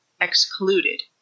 excluded